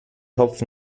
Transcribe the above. topf